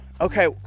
okay